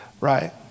right